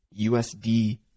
USD